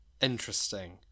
Interesting